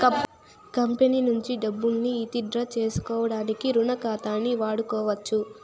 company నుంచి డబ్బుల్ని withdraw సేసుకోడానికి రుణ ఖాతాని వాడుకోవచ్చు